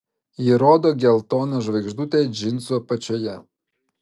ji rodo geltoną žvaigždutę džinsų apačioje